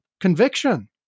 conviction